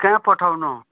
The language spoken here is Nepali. कहाँ पठाउनु